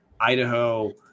Idaho